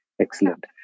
Excellent